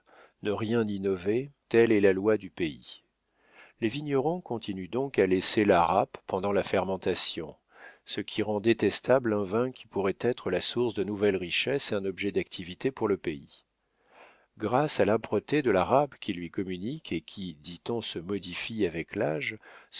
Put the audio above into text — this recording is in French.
ne rien innover telle est la loi du pays les vignerons continuent donc à laisser la râpe pendant la fermentation ce qui rend détestable un vin qui pourrait être la source de nouvelles richesses et un objet d'activité pour le pays grâce à l'âpreté que la râpe lui communique et qui dit-on se modifie avec l'âge